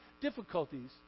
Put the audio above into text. difficulties